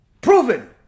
proven